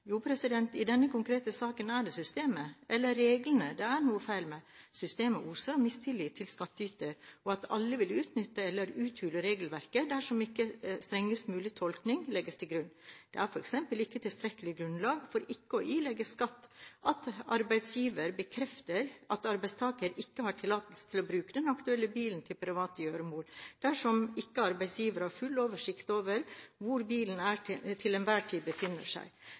Jo, i denne konkrete saken er det systemet – eller reglene – det er noe feil med. Systemet oser av mistillit til skattyter, og at alle vil utnytte eller uthule regelverket dersom ikke strengest mulig tolkning legges til grunn. Det er f.eks. ikke tilstrekkelig grunnlag for ikke å ilegge skatt at arbeidsgiver bekrefter at arbeidstaker ikke har tillatelse til å bruke den aktuelle bilen til private gjøremål dersom ikke arbeidsgiver har full oversikt over hvor bilen til enhver tid befinner seg.